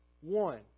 one